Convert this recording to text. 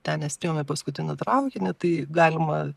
ten nespėjom į paskutinį traukinį tai galima